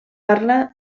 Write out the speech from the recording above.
parla